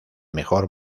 mejor